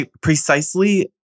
precisely